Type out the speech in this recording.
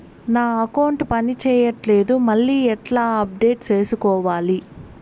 నా అకౌంట్ పని చేయట్లేదు మళ్ళీ ఎట్లా అప్డేట్ సేసుకోవాలి?